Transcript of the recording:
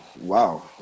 wow